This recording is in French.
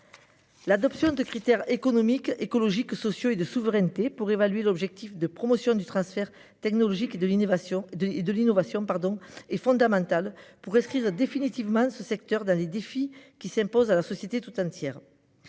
l'adoption de critères économiques, écologiques, sociaux et de souveraineté pour évaluer l'objectif de promotion du transfert technologique et de l'innovation, qui est fondamentale. Il s'agit de permettre à ce secteur de relever les défis qui s'imposent à la société tout entière.